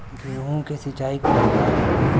गेहूं के सिंचाई कब होला?